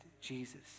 Jesus